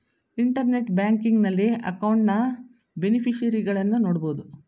internet banking ನಲ್ಲಿ ಅಕೌಂಟ್ನ ಬೇನಿಫಿಷರಿಗಳನ್ನು ನೋಡಬೋದು